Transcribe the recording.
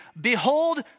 behold